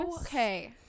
okay